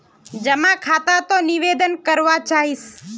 जमा खाता त निवेदन करवा चाहीस?